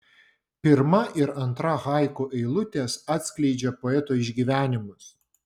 pirma ir antra haiku eilutės atskleidžia poeto išgyvenimus